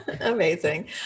Amazing